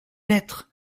lettre